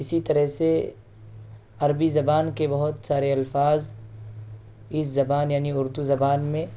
اسی طرح سے عربی زبان کے بہت سارے الفاظ اس زبان یعنی اردو زبان میں